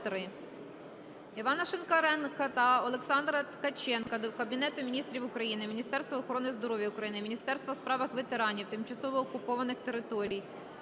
Івана Шинкаренка та Олександра Ткаченка до Кабінету Міністрів України, Міністерства охорони здоров'я України, Міністерства у справах ветеранів, тимчасово окупованих територій,